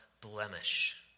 blemish